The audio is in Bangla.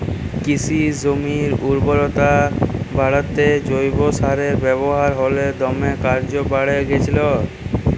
কিসি জমির উরবরতা বাঢ়াত্যে জৈব সারের ব্যাবহার হালে দমে কর্যে বাঢ়্যে গেইলছে